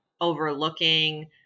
overlooking